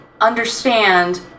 understand